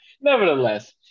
nevertheless